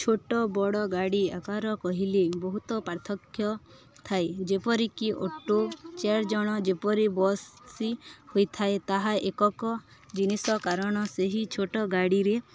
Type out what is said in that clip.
ଛୋଟ ବଡ଼ ଗାଡ଼ି ଆକାର କହିଲେ ବହୁତ ପାର୍ଥକ୍ୟ ଥାଏ ଯେପରିକି ଅଟୋ ଚାର ଜଣ ଯେପରି ବସି ହୋଇଥାଏ ତାହା ଏକକ ଜିନିଷ କାରଣ ସେହି ଛୋଟ ଗାଡ଼ିରେ